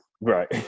Right